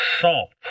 salt